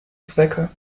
zwecke